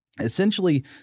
Essentially